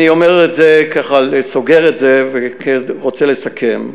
אני אומר את זה, ככה סוגר את זה, ורוצה לסכם.